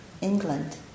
England